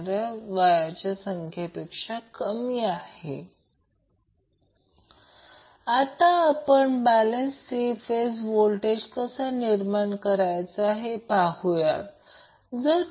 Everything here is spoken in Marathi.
तर येथे देखील समजा की हे दिले आहे आणि नंतर मॅक्झिमम पॉवर ट्रान्सफर थेरमसाठी RL चे मूल्य काय असेल